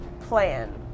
plan